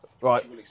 right